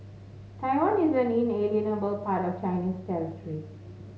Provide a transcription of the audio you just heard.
Taiwan is an inalienable part of Chinese territory